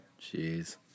jeez